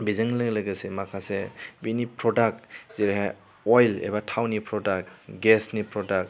बेजोंनो लोगोसे माखासे बेनि प्रडाक्ट जेरैहाय अयेल एबा थावनि प्रडाक्ट गेसनि प्रडाक्ट